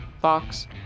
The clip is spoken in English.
Fox